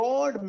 God